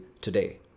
today